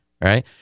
right